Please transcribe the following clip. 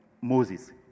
Moses